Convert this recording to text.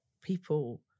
people